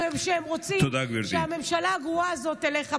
זה שהם רוצים שהממשלה הגרועה הזאת תלך הביתה.